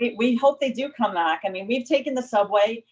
we hope they do come back. i mean, we've taken the subway.